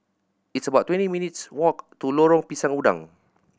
it's about twenty minutes' walk to Lorong Pisang Udang